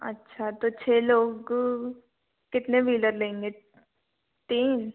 अच्छा तो छः लोग कितने व्हीलर लेंगे तीन